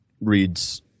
reads